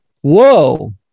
Whoa